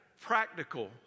practical